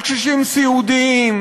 על קשישים סיעודיים,